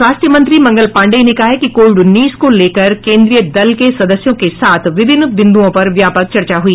स्वास्थ्य मंत्री मंगल पांडेय ने कहा कि कोविड उन्नीस को लेकर केन्द्रीय दल के सदस्यों के साथ विभिन्न बिन्दुओं पर व्यापक चर्चा हुई